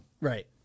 Right